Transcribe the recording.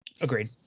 Agreed